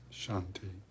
shanti